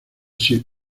sir